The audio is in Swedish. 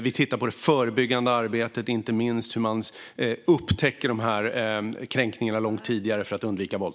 Vi tittar på det förebyggande arbetet, inte minst hur man upptäcker dessa kränkningar långt tidigare för att undvika våld.